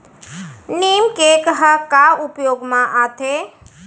नीम cake ह का उपयोग मा आथे?